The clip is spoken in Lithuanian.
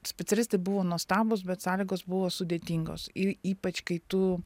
specialistai buvo nuostabūs bet sąlygos buvo sudėtingos ypač kai tu